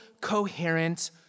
coherent